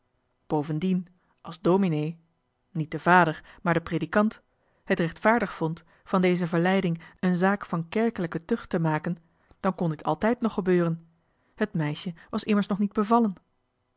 bovendien als dominee niet de vader maar de predikant het rechtvaardig vond van deze verleiding een zaak johan de meester de zonde in het deftige dorp van kerkelijke tucht te maken dan kon dit altijd nog gebeuren het meisje was immers nog niet bevallen